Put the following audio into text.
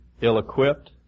ill-equipped